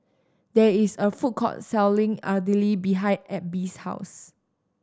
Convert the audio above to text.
there is a food court selling Idili behind Abby's house